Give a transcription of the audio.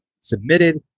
submitted